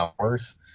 Hours